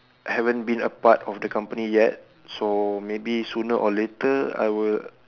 I haven been a part of the company yet so maybe sooner or later I will